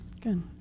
Good